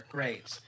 Great